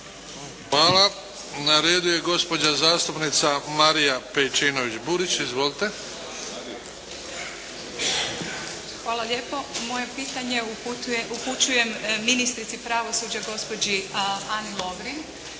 Hvala. Na redu je gospođa zastupnica Marija Pejčinović Burić. Izvolite. **Pejčinović Burić, Marija (HDZ)** Hvala lijepo. Moje pitanje upućujem ministrici pravosuđa, gospođi Ani Lovrin.